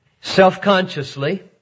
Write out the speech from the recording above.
Self-consciously